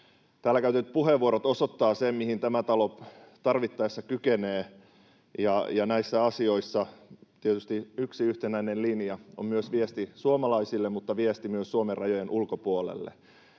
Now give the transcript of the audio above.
täällä käytetyt puheenvuorot osoittavat sen, mihin tämä talo tarvittaessa kykenee. Näissä asioissa tietysti yksi yhtenäinen linja on viesti suomalaisille mutta viesti myös Suomen rajojen ulkopuolelle.